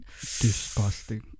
Disgusting